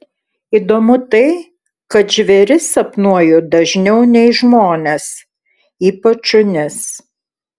įdomu tai kad žvėris sapnuoju dažniau nei žmones ypač šunis